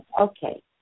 Okay